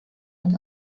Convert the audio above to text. und